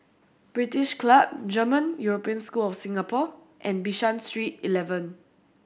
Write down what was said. British Club German European School Singapore and Bishan Street Eleven